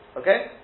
Okay